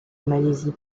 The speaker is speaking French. malaisie